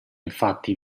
infatti